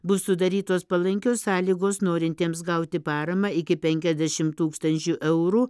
bus sudarytos palankios sąlygos norintiems gauti paramą iki penkiasdešimt tūkstančių eurų